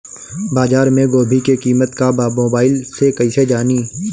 बाजार में गोभी के कीमत का बा मोबाइल से कइसे जानी?